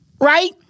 Right